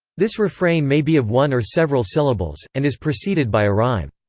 this refrain may be of one or several syllables, and is preceded by a rhyme.